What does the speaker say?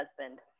husband